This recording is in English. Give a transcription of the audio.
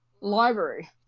library